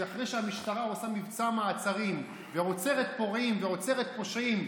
שאחרי שהמשטרה עושה מבצע מעצרים ועוצרת פורעים ועוצרת פושעים,